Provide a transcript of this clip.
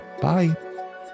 Bye